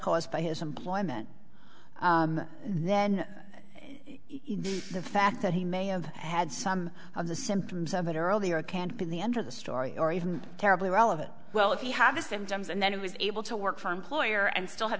caused by his employment then the fact that he may have had some of the symptoms of it earlier can't be the end of the story or even terribly relevant well if you have the symptoms and then he was able to work for employer and still ha